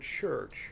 church